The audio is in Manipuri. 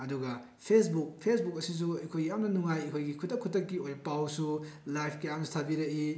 ꯑꯗꯨꯒ ꯐꯦꯁꯕꯨꯛ ꯐꯦꯁꯕꯨꯛ ꯑꯁꯤꯁꯨ ꯑꯩꯈꯣꯏ ꯌꯥꯝꯅ ꯅꯨꯡꯉꯥꯏ ꯑꯩꯈꯣꯏꯒꯤ ꯈꯨꯗꯛ ꯈꯨꯗꯛꯀꯤ ꯑꯣꯏꯕ ꯄꯥꯎꯁꯨ ꯂꯥꯏꯕ ꯀꯌꯥ ꯑꯃꯁꯨ ꯊꯥꯕꯤꯔꯛꯏ